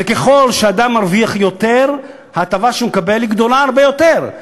וככל שאדם מרוויח יותר ההטבה שהוא מקבל גדולה הרבה יותר,